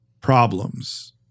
problems